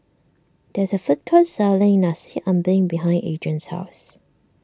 there is a food court selling Nasi Ambeng behind Adrien's house